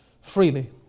freely